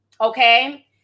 Okay